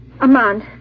Amand